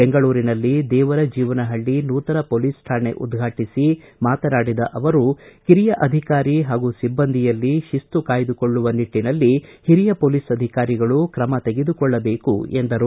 ಬೆಂಗಳೂರಿನಲ್ಲಿ ದೇವರ ಜೀವನಹಳ್ಳಿ ನೂತನ ಪೊಲೀಸ್ ಶಾಣೆಯನ್ನು ಉದ್ಘಾಟಿಸಿ ಮಾತನಾಡಿದ ಅವರು ಕಿರಿಯ ಅಧಿಕಾರಿ ಹಾಗೂ ಸಿಬ್ಬಂದಿಯಲ್ಲಿ ಶಿಸ್ತು ಕಾಯ್ದಕೊಳ್ಳುವ ನಿಟ್ಟನಲ್ಲಿ ಹಿರಿಯ ಪೊಲೀಸ್ ಅಧಿಕಾರಿಗಳು ತ್ರಮ ತೆಗೆದುಕೊಳ್ಳಬೇಕು ಎಂದರು